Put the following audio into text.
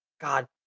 God